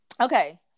Okay